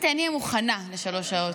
אמרתי שאני אהיה מוכנה לשלוש שעות.